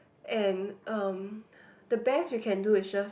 and um the best we can do is just